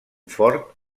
fort